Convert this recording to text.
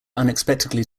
unexpectedly